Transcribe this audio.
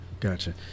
Gotcha